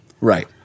Right